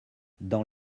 dans